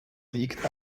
liegt